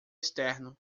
externo